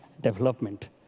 development